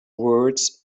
words